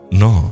no